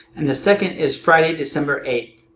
and the second is friday, december eighth.